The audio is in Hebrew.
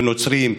נוצרים,